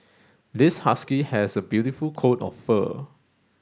this husky has a beautiful coat of fur